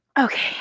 Okay